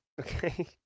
okay